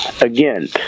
Again